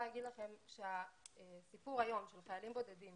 להגיד לכם שהסיפור היום של חיילים בודדים